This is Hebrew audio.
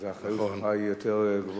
אז האחריות שלך היא יותר גבוהה.